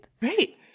Right